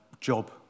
job